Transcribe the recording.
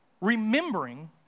remembering